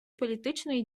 політичної